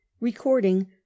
recording